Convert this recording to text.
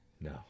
No